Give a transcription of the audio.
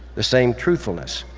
the same truthfulness.